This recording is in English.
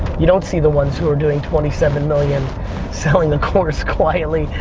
you don't see the ones who are doing twenty seven million selling the course quietly,